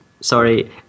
Sorry